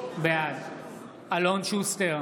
בעד אלון שוסטר,